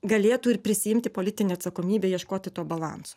galėtų ir prisiimti politinę atsakomybę ieškoti to balanso